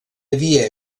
havia